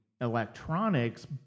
electronics